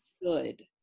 good